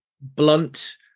blunt